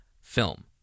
film